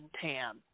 tan